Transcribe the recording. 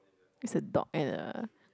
it's a dog and a